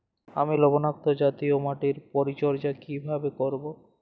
আমি লবণাক্ত জাতীয় মাটির পরিচর্যা কিভাবে করব?